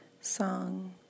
song